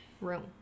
room